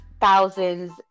thousands